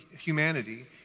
humanity